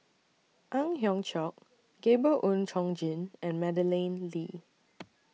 Ang Hiong Chiok Gabriel Oon Chong Jin and Madeleine Lee